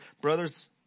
Brothers